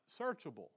searchable